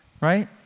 Right